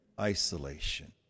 isolation